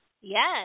yes